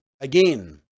again